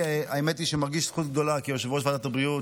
האמת היא שאני מרגיש זכות גדולה כיושב-ראש ועדת הבריאות